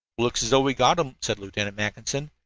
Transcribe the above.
looks as though we got them, said lieutenant mackinson,